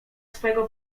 swego